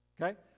okay